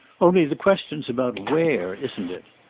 only the question's about where, isn't it?